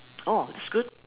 oh that's good